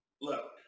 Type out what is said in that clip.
Look